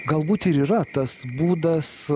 galbūt ir yra tas būdas